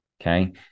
Okay